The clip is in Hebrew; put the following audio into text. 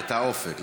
לתא אופק.